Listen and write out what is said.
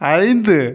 ஐந்து